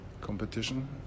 competition